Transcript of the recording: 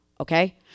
okay